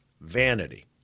vanity